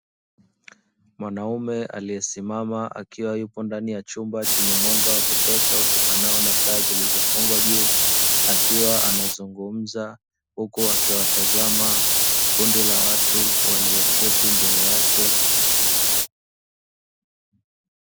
Mwanaume aliyesimama akiwa yupo ndani ya chumba chenye mwanga wa kutosha, utokanao na taa zilizofungwa juu, akiwa anazungumza huku akiwatazama kundi la watu walioketi mbele yake.